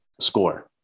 score